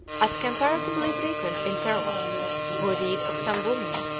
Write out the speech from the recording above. at comparatively frequent intervals we read of some woman,